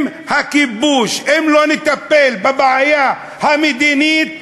עם הכיבוש אם לא נטפל בבעיה המדינית,